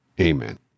Amen